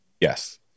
Yes